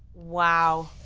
wow.